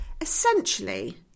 essentially